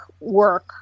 work